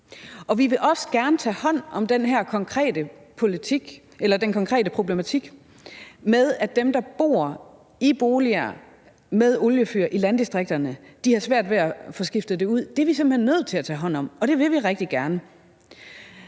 vi vil også gerne tage hånd om den her konkrete problematik med, at dem, der bor i boliger med oliefyr i landdistrikterne, har svært ved at få dem skiftet ud. Det er vi simpelt hen nødt til at tage hånd om, og det vil vi rigtig gerne.